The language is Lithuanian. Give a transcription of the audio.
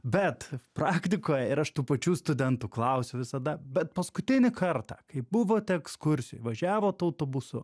bet praktikoj ir aš tų pačių studentų klausiu visada bet paskutinį kartą kai buvot ekskursijoj važiavot autobusu